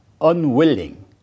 unwilling